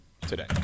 today